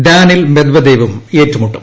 Daniil മെദ്വദേവും ഏറ്റുമുട്ടും